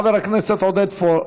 חבר הכנסת עודד פורר.